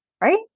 Right